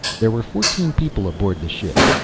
there were fourteen people aboard the ship,